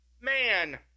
man